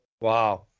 Wow